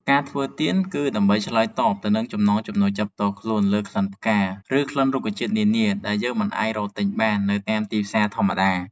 ការធ្វើទៀនគឺដើម្បីឆ្លើយតបទៅនឹងចំណង់ចំណូលចិត្តផ្ទាល់ខ្លួនលើក្លិនផ្កា ឬក្លិនរុក្ខជាតិនានាដែលយើងមិនអាចរកទិញបាននៅតាមទីផ្សារធម្មតា។